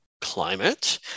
climate